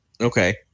Okay